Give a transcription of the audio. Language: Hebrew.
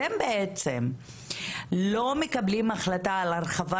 אתם בעצם לא מקבלים החלטה על הרחבת